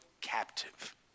captive